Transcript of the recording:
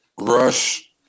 Rush